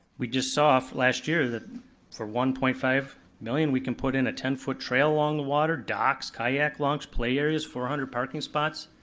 we just saw last year that for one one point five million, we can put in a ten foot trail along the water, docks, kayak launch, play areas, four hundred parking spots,